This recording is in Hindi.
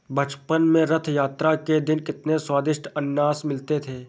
बचपन में रथ यात्रा के दिन कितने स्वदिष्ट अनन्नास मिलते थे